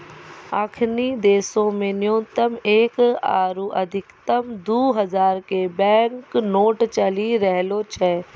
अखनि देशो मे न्यूनतम एक आरु अधिकतम दु हजारो के बैंक नोट चलि रहलो छै